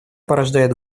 порождает